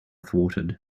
thwarted